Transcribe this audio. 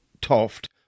toft